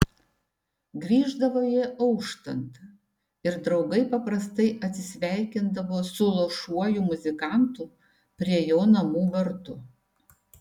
grįždavo jie auštant ir draugai paprastai atsisveikindavo su luošuoju muzikantu prie jo namų vartų